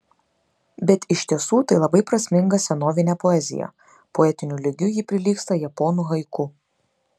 bet iš tiesų tai labai prasminga senovinė poezija poetiniu lygiu ji prilygsta japonų haiku